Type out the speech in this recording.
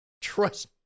Trust